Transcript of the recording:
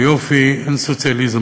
ביופי אין סוציאליזם,